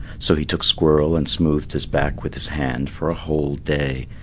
so he took squirrel and smoothed his back with his hand for a whole day,